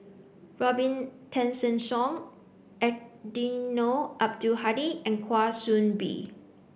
Robin Tessensohn Eddino Abdul Hadi and Kwa Soon Bee